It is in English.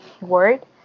word